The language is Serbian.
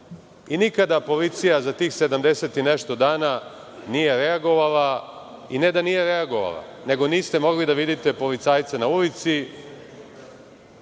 policija za tih 70 i nešto dana nije reagovala i ne da nije reagovala, nego niste mogli da vidite policajce na ulici.